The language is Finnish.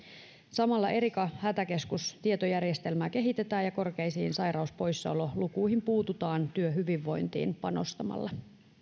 samalla erica hätäkeskustietojärjestelmää kehitetään ja korkeisiin sairauspoissaololukuihin puututaan työhyvinvointiin panostamalla